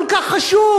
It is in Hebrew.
כל כך חשוב,